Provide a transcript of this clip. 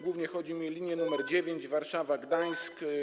Głównie chodzi mi o linię nr 9 Warszawa - Gdańsk.